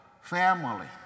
family